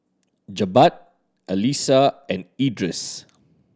Jebat Alyssa and Idris